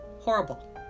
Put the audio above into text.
horrible